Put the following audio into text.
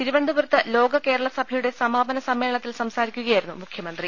തിരുവനന്തപുരത്ത് ലോക കേരളസഭയുടെ സമാപന സമ്മേളനത്തിൽ സംസാരിക്കു കയായിരുന്നു മുഖ്യമന്ത്രി